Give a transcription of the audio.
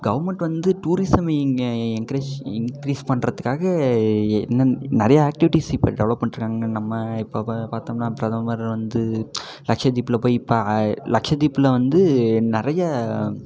government வந்து டூரிஸமை இங்கே என்கரேஜ் இன்க்ரீஸ் பண்ணுறத்துக்காக இன்னும் நிறைய ஆக்டிவிட்டீஸ் இப்போ டெவலப் பண்ணிட்ருக்காங்க நம்ம இப்போ ப பார்த்தோம்னா பிரதமர் வந்து லக்ஷய தீப்ல போய் பா லக்ஷ தீப்ல வந்து நிறைய